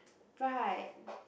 right